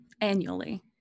annually